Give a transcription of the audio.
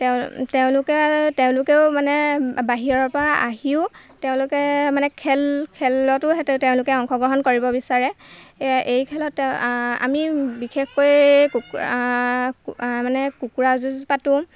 তেওঁ তেওঁলোকে তেওঁলোকেও মানে বাহিৰৰপৰা আহিও তেওঁলোকে মানে খেল খেলতো সেইটো তেওঁলোকে অংশগ্ৰহণ কৰিব বিচাৰে এই খেলত আমি বিশেষকৈ মানে কুকুৰা যুঁজ পাতোঁ